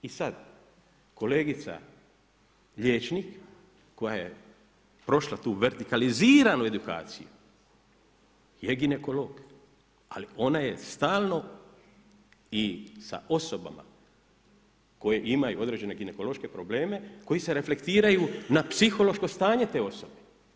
I sad kolegica liječnik koja je prošla tu vertikaliziranu edukaciju je ginekolog, ali ona je stalno i sa osobama koje imaju određene ginekološke probleme koji se reflektiraju na psihološko stanje te osobe.